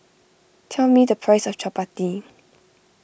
tell me the price of Chapati